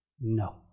No